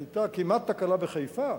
היתה כמעט תקלה בחיפה,